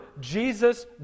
Jesus